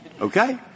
Okay